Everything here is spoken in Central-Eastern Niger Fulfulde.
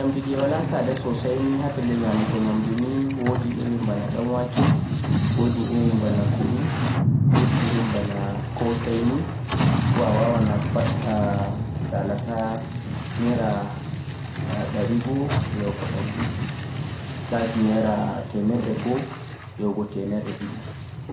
Nyamdu de wala sada sosai nii ha pelle nyamugo nyamdu nii wodi ɗanwake, kunu be kosai. A wawan a faɗɗa salata naira ɗari go yahugo ɗari ɗiɗi